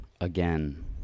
Again